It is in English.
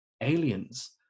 aliens